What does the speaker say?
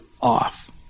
off